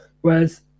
Whereas